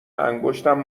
انگشتم